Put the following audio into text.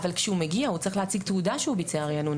אבל כשהוא מגיע הוא צריך להציג תעודה שהוא ביצע ריענון.